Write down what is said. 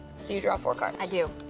so you draw four cards. i do.